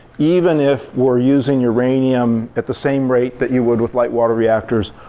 even if we're using uranium at the same rate that you would with light water reactors,